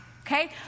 Okay